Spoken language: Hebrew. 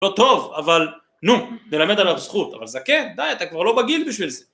לא טוב, אבל, נו, ללמד עליו זכות. אבל זקן, די, אתה כבר לא בגיל בשביל זה